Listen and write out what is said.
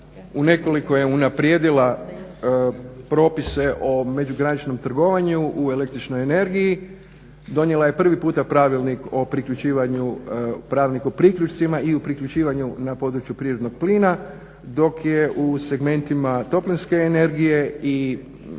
u nekoliko je unaprijedila propise o međugraničnom trgovanju u električnoj energiji, donijela je prvi puta pravilnik o priključivanju, pravilnik o priključcima i u priključivanju na području prirodnog plina, dok je u segmentima toplinske energije i nekih drugih